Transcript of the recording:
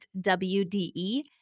wde